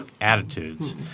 attitudes